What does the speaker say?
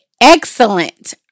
excellent